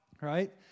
right